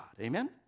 Amen